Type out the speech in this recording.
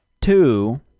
two